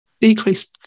decrease